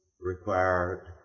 required